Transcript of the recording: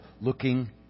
looking